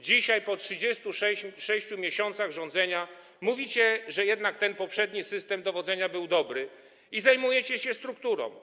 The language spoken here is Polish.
Dzisiaj, po 36 miesiącach rządzenia, mówicie, że jednak ten poprzedni system dowodzenia był dobry i zajmujecie się strukturą.